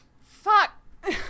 Fuck